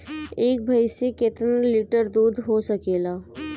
एक भइस से कितना लिटर दूध हो सकेला?